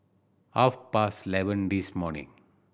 half past eleven this morning